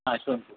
ಹಾಂ ಶುಂಠಿ